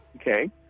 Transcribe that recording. Okay